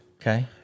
okay